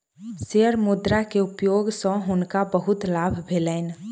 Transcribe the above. share मुद्रा के उपयोग सॅ हुनका बहुत लाभ भेलैन